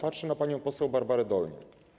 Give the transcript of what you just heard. Patrzę na panią poseł Barbarę Dolniak.